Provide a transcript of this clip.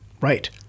Right